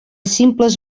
simples